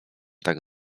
tak